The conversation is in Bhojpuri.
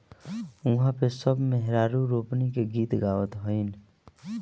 उहा पे सब मेहरारू रोपनी के गीत गावत हईन